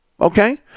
Okay